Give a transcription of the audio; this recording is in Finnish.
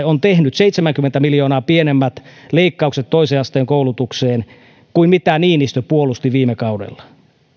on tehnyt seitsemänkymmentä miljoonaa pienemmät leikkaukset toisen asteen koulutukseen kuin mitä niinistö puolusti viime kaudella